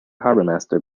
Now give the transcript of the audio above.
harbourmaster